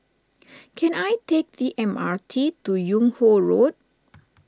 can I take the M R T to Yung Ho Road